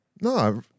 No